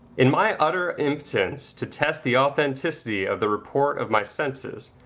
in my utter impotence to test the authenticity of the report of my senses,